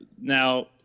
Now